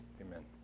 Amen